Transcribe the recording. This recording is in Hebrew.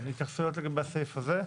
להתייחסויות לגבי הסעיף הזה.